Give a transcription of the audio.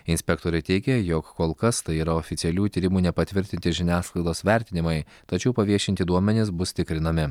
inspektorė teigė jog kol kas tai yra oficialių tyrimų nepatvirtinti žiniasklaidos vertinimai tačiau paviešinti duomenys bus tikrinami